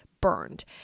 burned